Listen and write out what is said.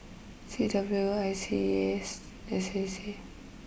C W O I S E A S and S A C